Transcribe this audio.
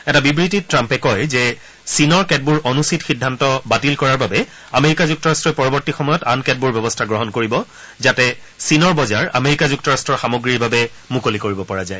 এটা বিবৃতিত ট্ৰাম্পে কয় যে চীনৰ কেতবোৰ অনুচিত সিদ্ধান্ত বাতিল কৰাৰ বাবে আমেৰিকা যুক্তৰাষ্ট্ৰই পৰৱৰ্তী সময়ত আন কেতবোৰ ব্যৱস্থা গ্ৰহণ কৰিব যাতে চীনৰ বজাৰ আমেৰিকা যুক্তৰাট্টৰ সামগ্ৰীৰ বাবে মুকলি কৰিব পৰা যায়